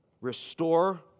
restore